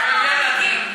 אנחנו המנהיגים,